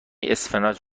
اسفناج